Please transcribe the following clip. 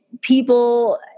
people